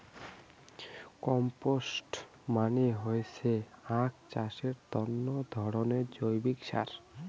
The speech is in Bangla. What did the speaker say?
কম্পস্ট মানে হইসে আক চাষের তন্ন ধরণের জৈব সার